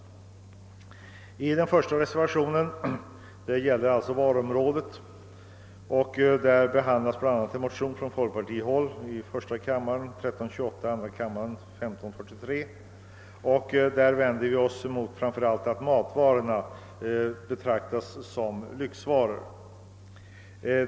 Den första reservationen gäller varuområdet och anknyter till en motion från folkpartiet, i första kammaren nr 1328 och i andra kammaren nr 1543. Vi vänder oss där framför allt mot att matvaror betraktas som lyxvaror.